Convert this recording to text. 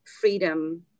freedom